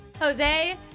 Jose